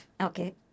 Okay